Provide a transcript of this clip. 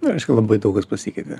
na reiškia labai daug kas pasikeitė